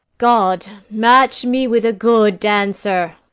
god match me with a good dancer!